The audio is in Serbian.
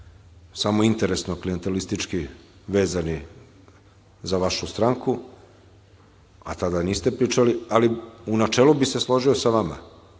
samo interesno klijentilistički vezani za vašu stranku, a tada niste pričali, ali u načelu bih se složio sa vama.